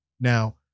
Now